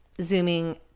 zooming